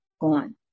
gone